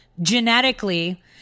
genetically